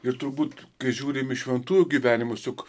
ir turbūt kai žiūrim į šventųjų gyvenimus juk